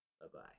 Bye-bye